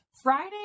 Friday